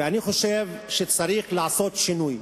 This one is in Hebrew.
ואני חושב שצריך לעשות שינוי.